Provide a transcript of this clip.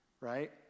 right